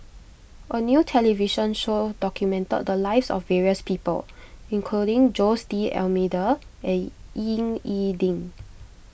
a new television show documented the lives of various people including Jose D'Almeida and Ying E Ding